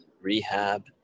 rehab